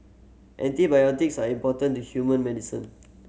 antibiotics are important to human medicine